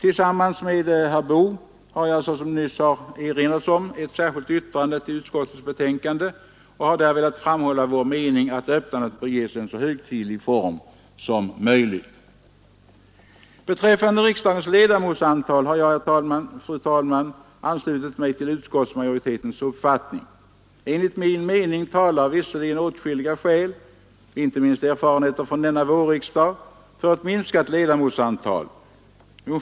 I ett särskilt yttrande vid utskottets betänkande har herr Boo och jag framhållit vår mening att öppnandet bör ges en så högtidlig form som möjligt. Beträffande riksdagens ledamotsantal har jag, fru talman, anslutit mig till utskottsmajoritetens uppfattning. Enligt min mening talar visserligen åtskilliga skäl, inte minst erfarenheterna från denna vårriksdag, för ett minskat ledamotsantal.